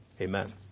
Amen